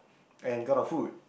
and got our food